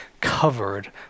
covered